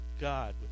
God